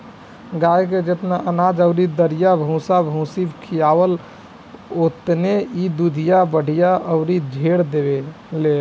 गाए के जेतना अनाज अउरी दरिया भूसा भूसी खियाव ओतने इ दूध बढ़िया अउरी ढेर देले